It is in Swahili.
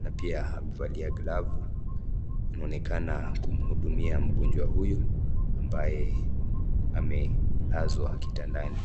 na pia amevalia glovu inaonekana kumwudumia mgonjwa huyu ambaye amelazwa kitandani.